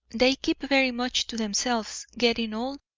they keep very much to themselves getting old,